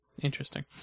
Interesting